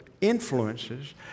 influences